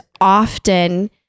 often